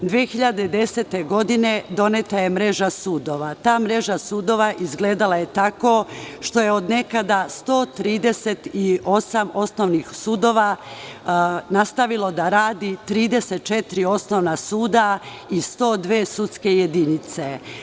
Godine 2010. doneta je mreža sudova, a ta mreža sudova izgledala je tako što je od nekada 138 osnovnih sudova nastavilo da radi 34 osnovna suda i 102 sudske jedinice.